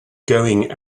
going